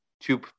Two